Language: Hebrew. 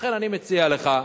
ולכן אני מציע לך,